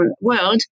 world